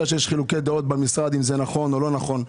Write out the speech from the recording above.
שיש חילוקי דעות במשרד אם זה נכון או לא נכון,